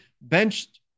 Benched